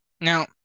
now